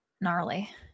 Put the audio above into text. gnarly